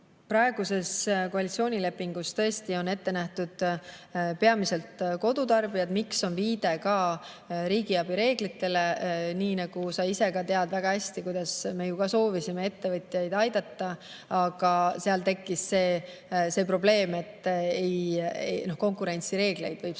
Praeguses koalitsioonilepingus on tõesti ette nähtud peamiselt kodutarbijad. Miks on viide ka riigiabireeglitele? Nii nagu sa ise ka tead väga hästi, et me soovisime ka ettevõtjaid aidata, aga seal tekkis see probleem, et konkurentsireegleid võib